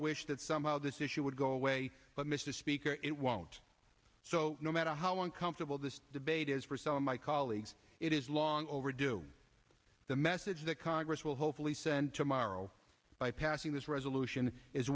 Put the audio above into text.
wish that somehow this issue would go away but mr speaker it won't so no matter how uncomfortable this debate is for some of my colleagues it is long overdue the message that congress will hopefully send tomorrow by passing this resolution is